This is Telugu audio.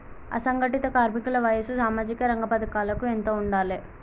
అసంఘటిత కార్మికుల వయసు సామాజిక రంగ పథకాలకు ఎంత ఉండాలే?